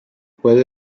puede